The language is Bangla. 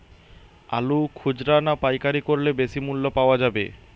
আলু খুচরা না পাইকারি করলে বেশি মূল্য পাওয়া যাবে?